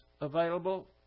available